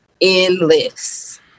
endless